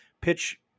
pitch